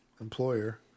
employer